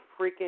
freaking –